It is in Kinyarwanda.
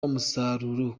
umusaruro